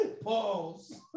Pause